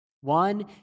one